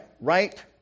Right